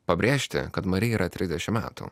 pabrėžti kad marijai yra trisdešim metų